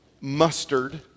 mustard